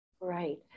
Right